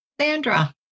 Sandra